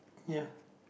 ya